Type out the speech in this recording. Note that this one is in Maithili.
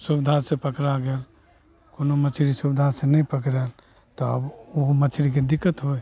सुविधासे पकड़ा गेल कोनो मछरी सुविधासे नहि पकड़ाएल तऽ अब ओहो मछरीके दिक्कत होइ हइ